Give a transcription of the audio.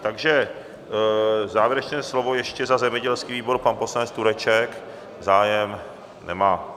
Takže závěrečné slovo ještě za zemědělský výbor pan poslanec Tureček zájem nemá.